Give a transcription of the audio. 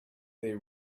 they